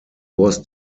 was